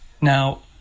Now